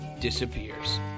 disappears